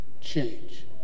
change